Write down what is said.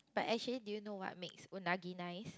but actually do you know what makes unagi nice